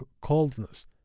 coldness